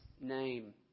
name